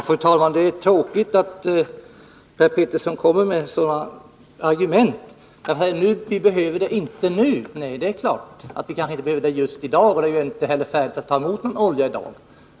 Fru talman! Det är tråkigt att Per Petersson kommer med sådana argument som att vi inte behöver det här lagret nu. Nej, det är klart att vi kanske inte behöver det just i dag, och det är inte heller färdigt att ta emot någon olja i dag.